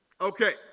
Okay